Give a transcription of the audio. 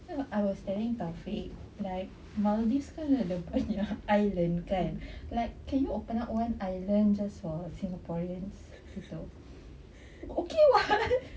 so I was telling taufik like maldives kan ada banyak island kan like can you open up one island just for singaporeans untuk okay [what]